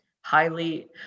highly